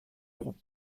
group